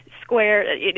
square